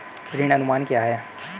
ऋण अनुमान क्या है?